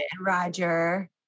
Roger